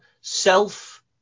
self